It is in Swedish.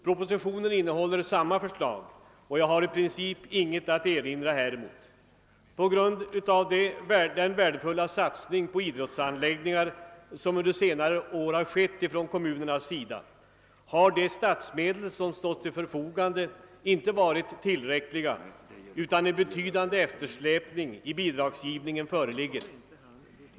Propositionen innehåller samma förslag, och jag har i princip ingenting att erinra häremot.. På grund av den värdefulla satsning på idrottsanläggningar som under senare år gjorts av kommunerna har de statsmedel som stått till förfogande inte varit tillräckliga, utan en betydande eftersläpning föreligger i bidragsgivningen.